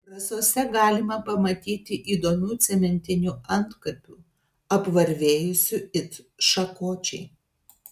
rasose galima pamatyti įdomių cementinių antkapių apvarvėjusių it šakočiai